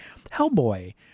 Hellboy